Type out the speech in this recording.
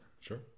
Sure